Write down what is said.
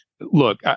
look